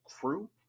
crew